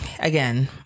Again